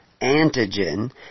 antigen